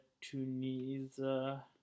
Tunisia